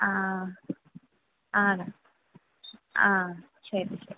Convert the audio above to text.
ആ ആ ആണ് ആ ശരി ശരി